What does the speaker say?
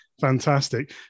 fantastic